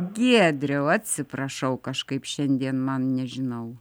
giedriau atsiprašau kažkaip šiandien man nežinau